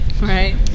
Right